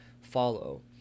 follow